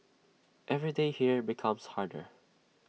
every day here becomes harder